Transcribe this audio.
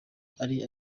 ari